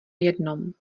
jednom